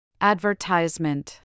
Advertisement